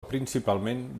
principalment